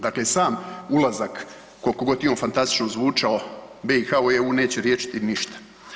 Dakle, sam ulazak, kolko god je on fantastično zvučao BiH u EU neće riješiti ništa.